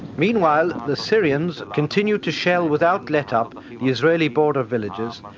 meanwhile the syrians continue to shell without let-up the israeli border villages.